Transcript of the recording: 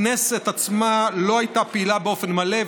הכנסת עצמה לא הייתה פעילה באופן מלא,